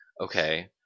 okay